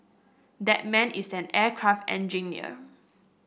that man is an aircraft engineer